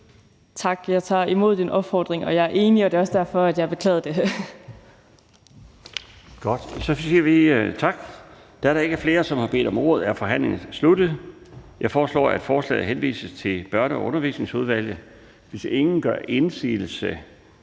Tak. Jeg tager imod din opfordring, og jeg er enig. Det er også derfor, at jeg beklagede det.